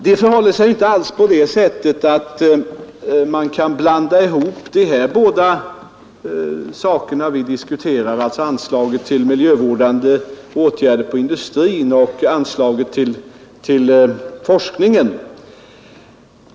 Det förhåller sig inte alls på det sättet att man kan blanda ihop anslaget till miljövårdande åtgärder inom industrin och anslaget till forskningen.